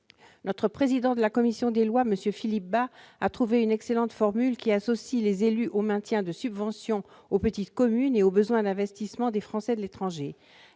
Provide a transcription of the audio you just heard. Le président de notre commission des lois, M. Philippe Bas, a trouvé une excellente formule qui associe les élus au maintien de subventions aux petites communes et aux besoins d'investissement des Français de l'étranger.